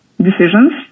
decisions